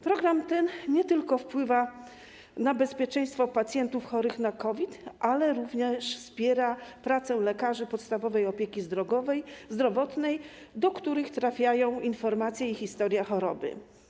Program ten nie tylko wpływa na bezpieczeństwo pacjentów chorych na COVID, ale również wspiera pracę lekarzy podstawowej opieki zdrowotnej, do których trafiają informacje i historia choroby.